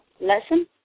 lesson